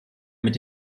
mit